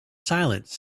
silence